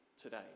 today